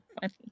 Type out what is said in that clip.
funny